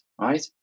right